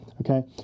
okay